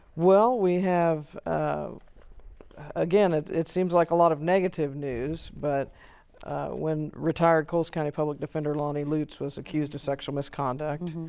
well, we have, ah again, it it seems like a lot of negative news, but when retired coles county public defender lonnie lutz was accused of sexual misconduct.